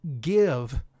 give